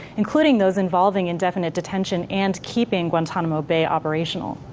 including those involving indefinite detention and keeping guantanamo bay operational.